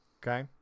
Okay